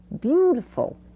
beautiful